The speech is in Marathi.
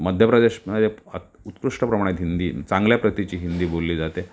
मध्यप्रदेशमध्ये उत्कृष्ट प्रमाणात हिंदी चांगल्या प्रतीची हिंदी बोलली जाते